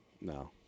No